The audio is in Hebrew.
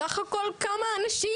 בסך הכול כמה אנשים,